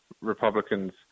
Republicans